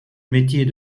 métier